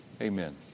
Amen